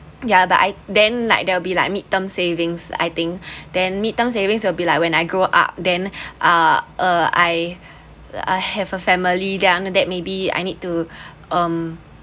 ya but I then like there'll be like mid term savings I think then mid term savings will be like when I grow up then uh uh I I have a family then that maybe I need to um